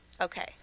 Okay